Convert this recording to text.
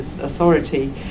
authority